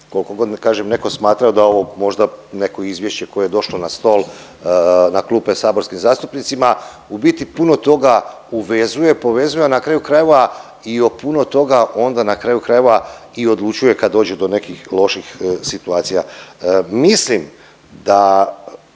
da kažem netko smatrao da je ovo možda neko izvješće koje je došlo na stol, na klupe saborskim zastupnicima u biti puno toga uvezuje, povezuje, a na kraju krajeva i o puno toga onda na kraju krajeva i odlučuje kad dođe do nekih loših situacija. Mislim da